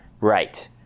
right